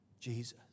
Jesus